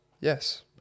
yes